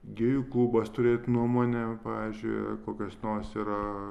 gėjų klubas turėt nuomonę pavyzdžiui kokios nors yra